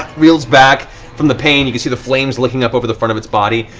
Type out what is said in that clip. reels back from the pain, you can see the flames licking up over the front of its body.